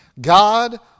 God